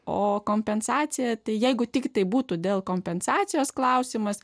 o kompensacija tai jeigu tiktai būtų dėl kompensacijos klausimas